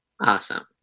Awesome